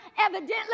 evidently